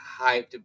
hyped